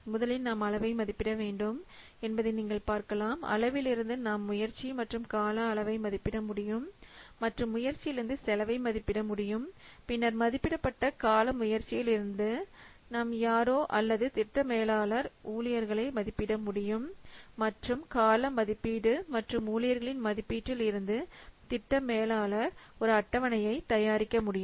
முதலில் நாம் அளவை மதிப்பிட வேண்டும் என்பதை நீங்கள் பார்க்கலாம் அளவிலிருந்து நாம் முயற்சி மற்றும் கால அளவை மதிப்பிட முடியும் மற்றும் முயற்சியிலிருந்து செலவை மதிப்பிட முடியும் பின்னர் மதிப்பிடப்பட்ட கால முயற்சியில் இருந்து தம் யாரோ அல்லது திட்ட மேலாளர் ஊழியர்களை மதிப்பிட முடியும் மற்றும் கால மதிப்பீடு மற்றும் ஊழியர்களின் மதிப்பீட்டில் இருந்து திட்ட மேலாளர் ஒரு அட்டவணையை தயாரிக்க முடியும்